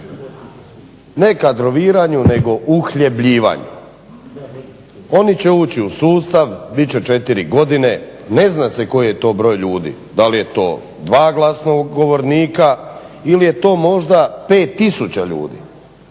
Ne kadroviranju nego uhljebljivanju. Oni će ući u sustav, bit će 4 godine, ne zna se koji je to broj ljudi. Da li je to dva glasnogovornika ili je to možda 5 tisuća ljudi?